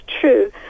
true